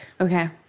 Okay